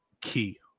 key